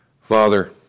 Father